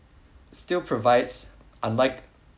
still provides unlike